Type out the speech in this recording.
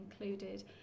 included